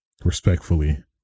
respectfully